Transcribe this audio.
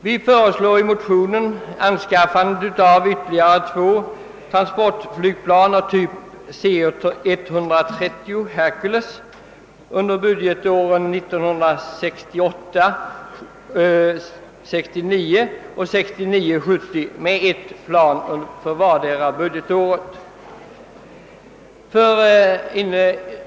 Vi föreslår i motionerna anskaffandet av ytterligare två transportflygplan av typ C 130 Hercules under budgetåren 1968 70 med ett plan vartdera budgetåret.